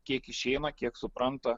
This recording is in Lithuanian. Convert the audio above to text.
kiek išeina kiek supranta